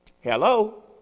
Hello